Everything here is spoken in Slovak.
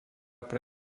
pre